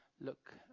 look